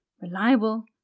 reliable